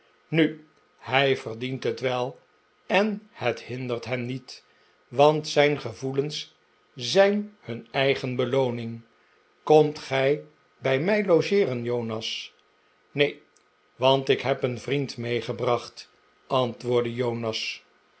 nu hij verdient het wel en het hindert hem niet want zijn gevoelens zijn hun eigen belooning komt gij bij mij logeeren jonas neen want ik heb een vriend meegebracht antwoordde jonas